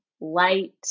light